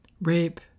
rape